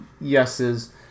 yeses